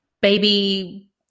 baby